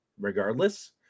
regardless